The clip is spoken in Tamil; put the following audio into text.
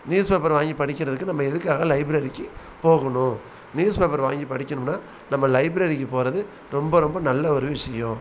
நியூஸ் பேப்பர் வாங்கி படிக்கிறதுக்கு நம்ம எதுக்காக லைப்ரரிக்குப் போகணும் நியூஸ் பேப்பர் வாங்கி படிக்கணுன்னால் நம்ம லைப்ரரிக்குப் போகிறது ரொம்ப ரொம்ப நல்ல ஒரு விஷயம்